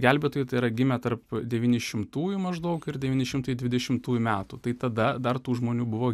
gelbėtojų tai yra gimė tarp devyni šimtųjų maždaug ir devyni šimtai dvidešimtųjų metų tai tada dar tų žmonių buvo